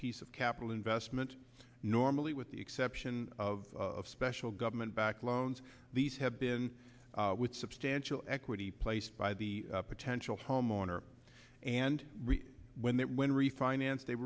piece of capital investment normally with the exception of special government backed loans these have been with substantial equity placed by the potential homeowner and when that when refinanced they